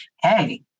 hey